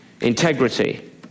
integrity